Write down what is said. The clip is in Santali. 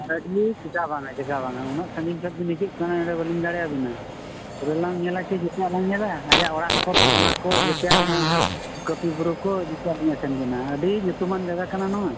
ᱚᱱᱟᱜᱮ ᱪᱮᱫᱟᱜ ᱵᱟᱝᱟ ᱪᱮᱫᱟᱜ ᱵᱟᱝᱟ ᱩᱱᱟᱹᱜ ᱥᱟᱺᱜᱤᱧ ᱠᱷᱚᱱ ᱵᱤᱱ ᱦᱤᱡᱩᱜ ᱠᱟᱱᱟ ᱱᱚᱰᱮ ᱵᱟᱹᱞᱤᱧ ᱫᱟᱲᱮᱭᱮᱵᱮᱱᱟ ᱯᱚᱨᱮ ᱞᱟᱝ ᱧᱮᱞᱟ ᱡᱮᱛᱮᱭᱟᱜ ᱞᱟᱝ ᱧᱮᱞᱟ ᱟᱭᱟᱜ ᱚᱲᱟᱜ ᱠᱚ ᱛᱷᱚᱛᱱᱟ ᱠᱚ ᱡᱮᱛᱮᱭᱟᱜ ᱚᱱᱟ ᱠᱟᱹᱯᱤ ᱵᱩᱨᱩ ᱠᱚ ᱡᱮᱛᱮᱭᱟᱜ ᱞᱤᱧ ᱟᱥᱮᱱ ᱵᱮᱱᱟ ᱟᱹᱰᱤ ᱧᱩᱛᱩᱢᱟᱱ ᱡᱟᱭᱜᱟ ᱠᱟᱱᱟ ᱱᱚᱣᱟ